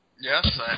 Yes